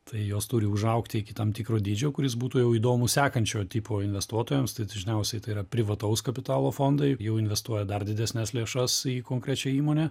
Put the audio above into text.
tai jos turi užaugti iki tam tikro dydžio kuris būtų jau įdomūs sekančio tipo investuotojams tai dažniausiai tai yra privataus kapitalo fondai jau investuoja dar didesnes lėšas į konkrečią įmonę